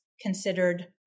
considered